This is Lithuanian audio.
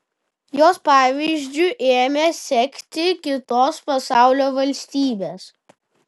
jos pavyzdžiu ėmė sekti kitos pasaulio valstybės